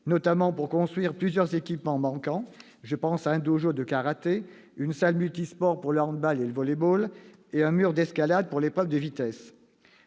notamment pour construire plusieurs équipements manquants- un dojo de karaté, une salle multisport pour le handball et le volley-ball et un mur d'escalade pour l'épreuve de vitesse.